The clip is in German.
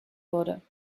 wurde